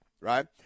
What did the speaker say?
right